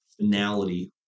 finality